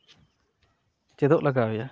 ᱪᱮᱫᱚᱜ ᱞᱟᱜᱟᱣᱮᱭᱟ